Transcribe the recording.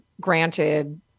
granted